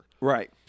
Right